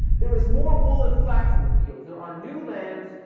there is more wool and flax in the fields. there are new lands,